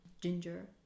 ginger